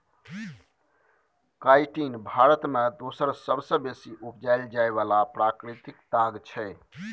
chitin Bharat मे दोसर सबसँ बेसी उपजाएल जाइ बला प्राकृतिक ताग छै